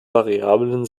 variablen